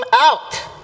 out